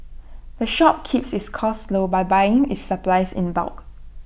the shop keeps its costs low by buying its supplies in bulk